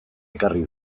ekarri